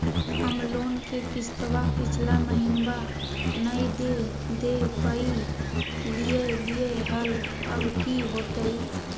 हम लोन के किस्तवा पिछला महिनवा नई दे दे पई लिए लिए हल, अब की होतई?